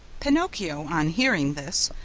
pinocchio, on hearing this,